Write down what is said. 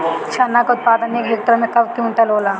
चना क उत्पादन एक हेक्टेयर में कव क्विंटल होला?